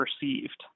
perceived